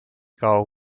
kaua